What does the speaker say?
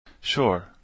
Sure